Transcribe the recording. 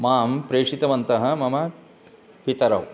मां प्रेशितवन्तः मम पितरौ